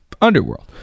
Underworld